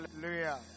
Hallelujah